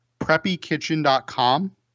preppykitchen.com